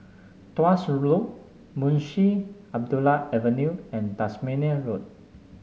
Tuas Loop Munshi Abdullah Avenue and Tasmania Road